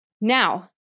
Now